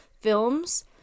Films